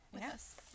Yes